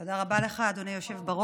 תודה רבה לך, אדוני היושב-ראש.